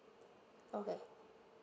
okay